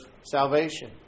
salvation